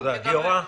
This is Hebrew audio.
גיורא איילנד,